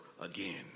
again